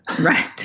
right